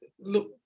look